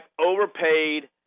overpaid